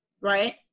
right